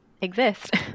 exist